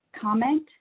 comment